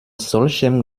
solchem